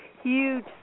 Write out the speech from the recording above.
huge